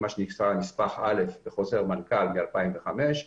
נספח א' בחוזר מנכ"ל מ-2005.